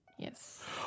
Yes